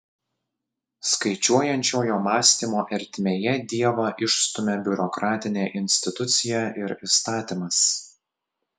skaičiuojančiojo mąstymo ertmėje dievą išstumia biurokratinė institucija ir įstatymas